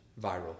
viral